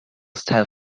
style